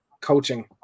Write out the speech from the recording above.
coaching